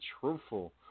truthful